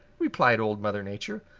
replied old mother nature.